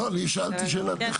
לא, אני שאלתי שאלה טכנית.